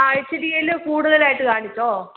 ആ H D L കൂടുതലായിട്ട് കാണിച്ചോ